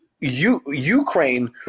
Ukraine